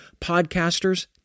podcasters